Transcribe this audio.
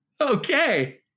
Okay